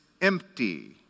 empty